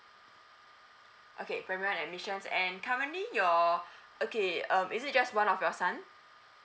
okay primary one admission and currently your okay um is it just one of your son